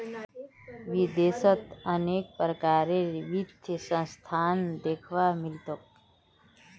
विदेशत अनेक प्रकारेर वित्तीय संस्थान दख्वा मिल तोक